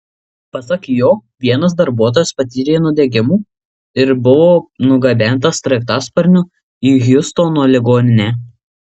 pasak jo vienas darbuotojas patyrė nudegimų ir buvo nugabentas sraigtasparniu į hjustono ligoninę